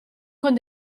con